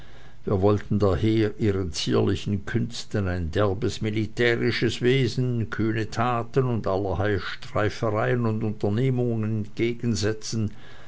wir wollten daher ihren zierlichen künsten ein derbes militärisches wesen kühne taten und allerlei streifereien und unternehmungen entgegensetzen